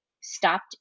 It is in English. stopped